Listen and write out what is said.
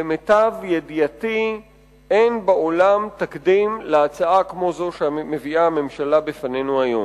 למיטב ידיעתי אין בעולם תקדים להצעה כמו זאת שמביאה הממשלה בפנינו היום.